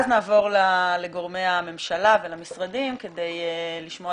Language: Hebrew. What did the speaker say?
אחר כך נעבור לגורמי הממשלה והמשרדים כדי לשמוע